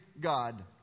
God